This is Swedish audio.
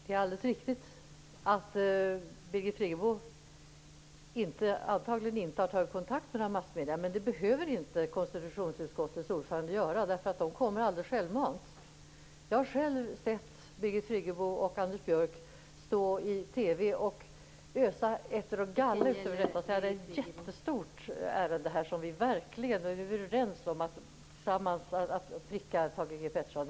Fru talman! Jag har själv sett Birgit Friggebo stå i TV och säga att det här är ett jättestort ärende där vi verkligen är överens om att tillsammans pricka Thage G Peterson.